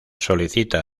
solicita